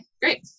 great